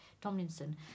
Tomlinson